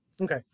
Okay